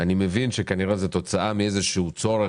אני מבין שכנראה זה תוצאה מאיזו צורך